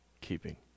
keeping